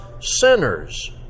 sinners